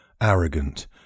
arrogant